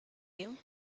you